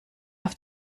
auf